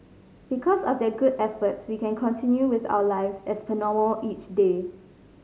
because of their good efforts we can continue with our lives as per normal each day